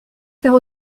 faire